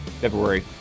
February